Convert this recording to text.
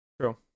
True